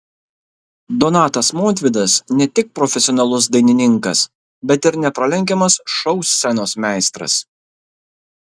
donatas montvydas ne tik profesionalus dainininkas bet ir nepralenkiamas šou scenos meistras